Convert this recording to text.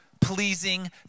pleasing